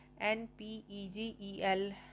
NPEGEL